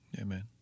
Amen